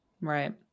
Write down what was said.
right